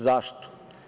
Zašto?